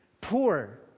Poor